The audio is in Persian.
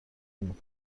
نمی